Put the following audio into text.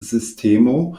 sistemo